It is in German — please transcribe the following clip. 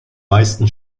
meisten